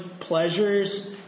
pleasures